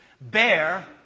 bear